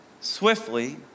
swiftly